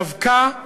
דווקא,